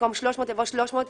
במקום "300" יבוא "300,